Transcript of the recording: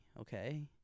okay